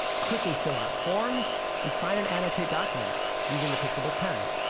quickly fill out forms, and sign and annotate documents using the pixelbook pen.